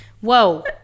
whoa